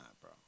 bro